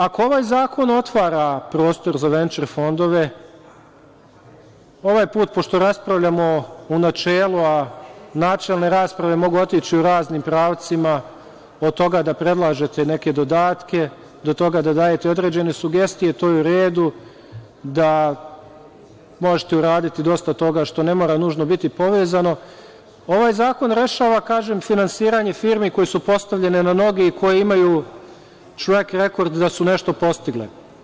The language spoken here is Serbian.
Ako ovaj zakon otvara prostor za venture fondove, ovaj put pošto raspravljamo u načelu, a načelne rasprave mogu otići u raznim pravcima, od toga da predlažete neke dodatke, do toga da dajete određene sugestije, to je uredu, da možete uraditi dosta toga što ne mora nužno biti povezano, ovaj zakon rešava, kažem, finansiranje firmi koje su postavljene na noge i koje imaju track record da su nešto postigle.